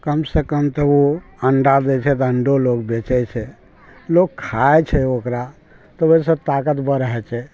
कम से कम तऽ ओ अंडा दै छै तऽ अंडो लोग बेचै छै लोक खाइ छै ओकरा तऽ ओहि सऽ ताकत बढ़ै छै